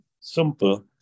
simple